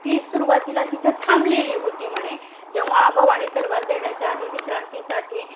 ती सुरुवातीला तिथं थांबलेली होती म्हणे जेव्हा भवानी तलवार देण्याच्या आधी विश्रांतीसाठी